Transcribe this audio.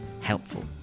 helpful